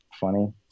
funny